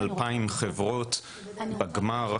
2000 חברות בגמר,